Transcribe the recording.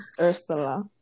Ursula